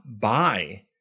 buy